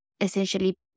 Essentially